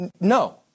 No